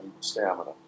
stamina